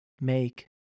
make